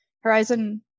horizon